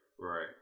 Right